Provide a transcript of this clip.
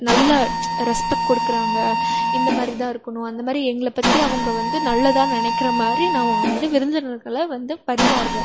நல்லா ரெஸ்பெக்ட் கொடுக்கறாங்க இந்த மாதிரி தான் இருக்கணும் அந்த மாதிரி எங்களை பற்றி அவங்க வந்து நல்லதாக நினைக்கிற மாதிரி நான் வந்து விருந்தினர்களை வந்து பரிமாறுவோம்